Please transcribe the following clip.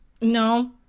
no